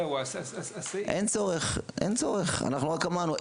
אין צורך, אנחנו רק אמרנו.